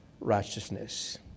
righteousness